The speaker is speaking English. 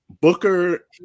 booker